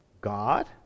God